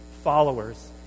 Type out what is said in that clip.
followers